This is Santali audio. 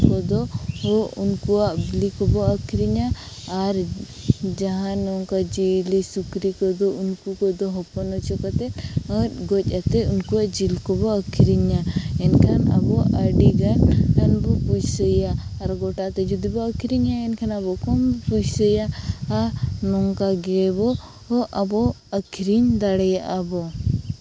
ᱥᱤᱢ ᱠᱚᱫᱚ ᱠᱚ ᱩᱱᱠᱩᱣᱟᱜ ᱵᱤᱞᱤ ᱠᱚᱵᱚ ᱟᱹᱠᱷᱨᱤᱧᱟ ᱟᱨ ᱡᱟᱦᱟᱱ ᱱᱚᱝᱠᱟ ᱡᱤᱭᱟᱹᱞᱤ ᱥᱩᱠᱨᱤ ᱠᱚᱫᱚ ᱩᱱᱠᱩ ᱠᱚᱫᱚ ᱦᱚᱯᱚᱱ ᱚᱪᱚ ᱠᱟᱛᱮᱫ ᱟᱨ ᱜᱚᱡ ᱟᱛᱮᱫ ᱩᱱᱠᱩᱣᱟᱜ ᱡᱤᱞ ᱠᱚᱵᱚ ᱟᱹᱠᱷᱨᱤᱧᱟ ᱮᱱᱠᱷᱟᱱ ᱟᱵᱚᱣᱟᱜ ᱟᱹᱰᱤᱜᱟᱱ ᱵᱚ ᱯᱩᱭᱥᱟᱹᱭᱟ ᱟᱨ ᱜᱚᱴᱟᱛᱮ ᱡᱩᱫᱤ ᱵᱚ ᱟᱹᱠᱷᱨᱤᱧᱮᱭᱟ ᱮᱱᱠᱷᱟᱱ ᱟᱵᱚ ᱠᱚᱢ ᱵᱚ ᱯᱩᱭᱥᱟᱹᱭᱟ ᱱᱚᱝᱠᱟᱜᱮ ᱟᱵᱚ ᱵᱚ ᱟᱹᱠᱷᱨᱤᱧ ᱫᱟᱲᱮᱭᱟᱜ ᱵᱚ